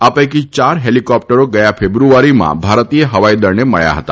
આ પૈકી ચાર હેલીકોપ્ટરો ગયા ફેબ્રુઆરીમાં ભારતીય હવાઈદળનામળ્યા હતા